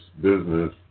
business